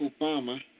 Obama